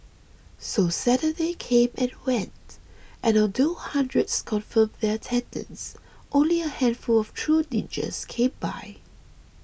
so Saturday came and went and although hundreds confirmed their attendance only a handful of true ninjas came by